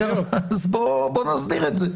בואו נסדיר את זה.